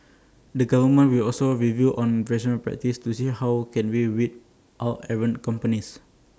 the government will also review on practices to see how can we weed out errant companies